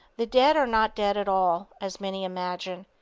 the dead are not dead at all, as many imagine.